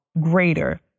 greater